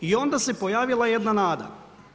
I onda se pojavila jedna nada.